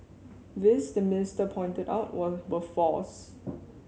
these the minister pointed out were false